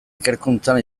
ikerkuntzan